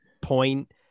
point